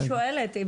אני שואלת,